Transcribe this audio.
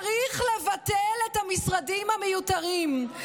צריך לבטל את המשרדים המיותרים,